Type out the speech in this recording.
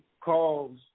calls